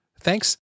Thanks